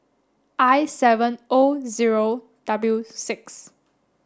I seven O zero W six